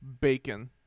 Bacon